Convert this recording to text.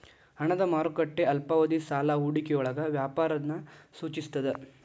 ಹಣದ ಮಾರುಕಟ್ಟೆ ಅಲ್ಪಾವಧಿ ಸಾಲ ಹೂಡಿಕೆಯೊಳಗ ವ್ಯಾಪಾರನ ಸೂಚಿಸ್ತದ